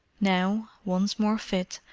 now, once more fit,